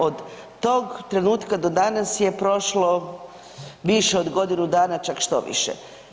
Od tog trenutka do danas je prošlo više od godinu dana, čak štoviše.